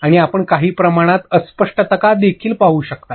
आणि आपण काही प्रमाणात अस्पष्टपणा देखील पाहू शकता